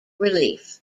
relief